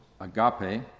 agape